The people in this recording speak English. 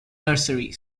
nursery